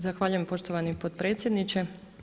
Zahvaljujem poštovani potpredsjedniče.